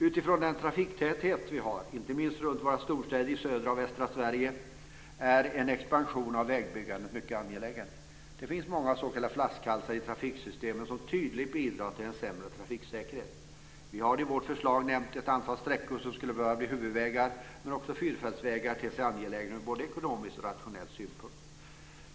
Utifrån den trafiktäthet som vi har, inte minst runt våra storstäder i södra och västra Sverige, är en expansion av vägbyggande mycket angelägen. Det finns många s.k. flaskhalsar i trafiksystemen som tydligt bidrar till en sämre trafiksäkerhet. Vi har i vårt förslag nämnt ett antal sträckor som skulle behöva bli huvudvägar, men också fyrfältsvägar ter sig angelägna ur både ekonomisk och rationell synpunkt.